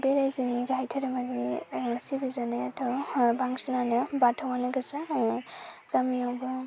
बे राइजोनि गाहाय धोरोमानो इसे बिजिरनायावथ' बांसिनानो बाथौआनो गोजा गामियावबो